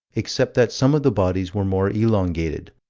except that some of the bodies were more elongated